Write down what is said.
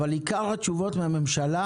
אבל עיקר התשובות מהממשלה